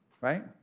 right